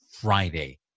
Friday